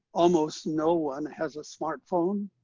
almost no one has a smartphone.